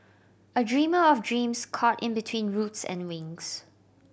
a dreamer of dreams caught in between roots and wings